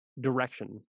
direction